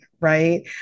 right